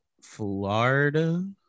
florida